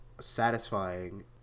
satisfying